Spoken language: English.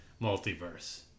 multiverse